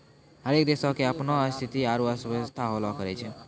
हरेक देशो के अपनो स्थिति आरु अर्थव्यवस्था होलो करै छै